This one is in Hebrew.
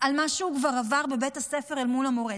על מה שהוא כבר עבר בבית הספר אל מול המורה,